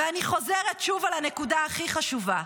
ואני חוזרת שוב על הנקודה הכי חשובה,